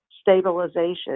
stabilization